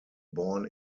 born